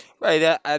Right